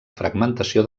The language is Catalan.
fragmentació